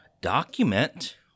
document